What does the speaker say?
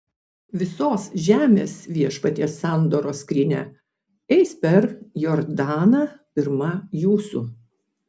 visos žemės viešpaties sandoros skrynia eis per jordaną pirma jūsų